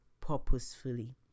purposefully